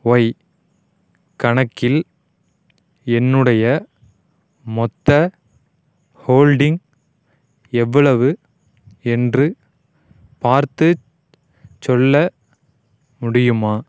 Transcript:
Y கணக்கில் என்னுடைய மொத்த ஹோல்டிங் எவ்வளவு என்று பார்த்து சொல்ல முடியுமா